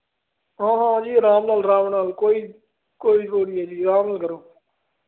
ਹਾਂ ਹਾਂ ਜੀ ਆਰਾਮ ਨਾਲ ਆਰਾਮ ਨਾਲ ਕੋਈ ਕੋਈ ਕੋਈ ਨਹੀਂ ਜੀ ਆਰਾਮ ਨਾਲ ਕਰੋ